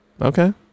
Okay